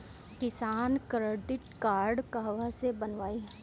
किसान credit card कहवा से बनवाई?